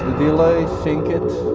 delay, sync it